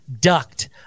ducked